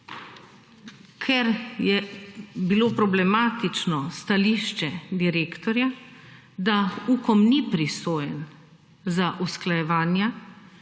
Ker je bilo problematično stališče direktorja, da Ukom ni pristojen za usklajevanja,